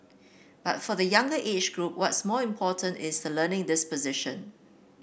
but for the younger age group what's more important is the learning disposition